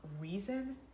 reason